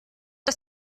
der